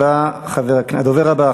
הדובר הבא,